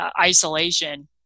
isolation